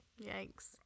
Yikes